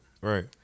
right